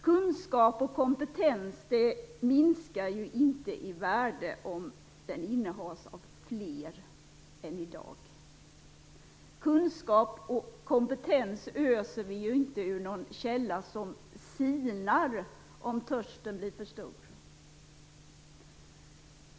Kunskap och kompetens minskar ju inte i värde om den innehas av fler än i dag. Kunskap och kompetens öser vi ju inte ur någon källa som sinar om törsten blir för stor.